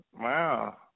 Wow